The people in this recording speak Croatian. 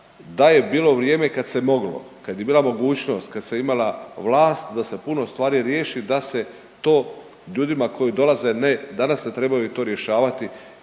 da je bilo vrijeme kad se moglo, kad je bila mogućnost kad se imala vlast da se puno stvari riješi da se to ljudima koji dolaze ne, danas ne trebaju to rješavati